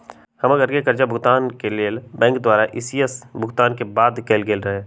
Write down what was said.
हमर घरके करजा भूगतान के लेल बैंक द्वारा इ.सी.एस भुगतान के बाध्य कएल गेल रहै